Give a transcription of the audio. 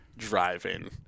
driving